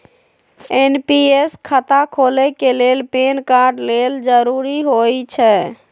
NPS खता खोले के लेल पैन कार्ड लेल जरूरी होइ छै